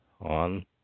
on